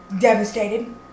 Devastated